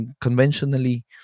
conventionally